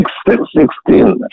sixteen